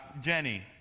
Jenny